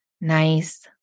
nice